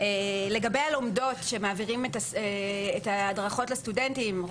לגבי הלומדות שמעבירות את ההדרכות לסטודנטים: